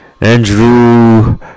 Andrew